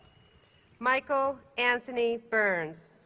michael anthony byrns